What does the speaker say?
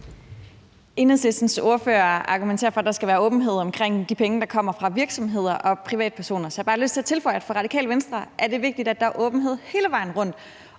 Enhedslistens ordfører argumenterer for, der skal være åbenhed omkring de penge, der kommer fra virksomheder og privatpersoner. Og så har jeg bare lyst til at tilføje, at det for Radikale Venstre er vigtigt, at der er åbenhed hele vejen rundt,